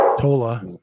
Tola